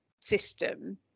system